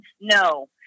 no